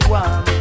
one